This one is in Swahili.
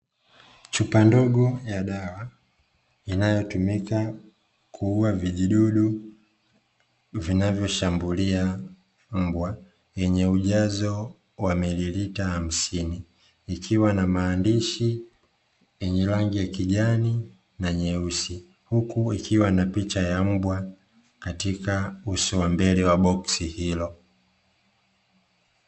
Chupa ndogo ya dawa, inayotumika kuua vijidudu vinavyoshambulia mbwa, yenye ujazo wa mililita hamsini, ikiwa na maandishi yenye rangi ya kijani na nyeusi, huku ikiwa na picha ya mbwa katika uso wa mbele wa boksi hilo.